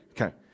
Okay